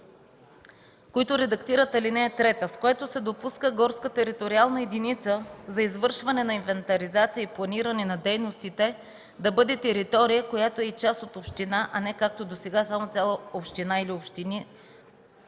които редактират алинея 3, с което се допуска горска териториална единица за извършване на инвентаризация и планиране на дейностите да бъде територия, която е и част от община, а не както досега само цяла община или общини,